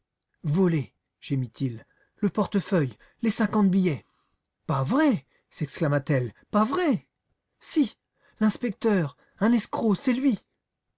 volé gémit-il le portefeuille les cinquante billets pas vrai sexclama t elle pas vrai si l'inspecteur un escroc c'est lui